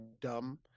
dumb